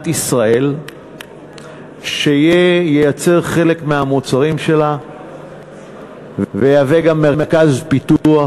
ישראל שייצר חלק מהמוצרים שלה ויהווה גם מרכז פיתוח,